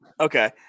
Okay